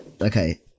okay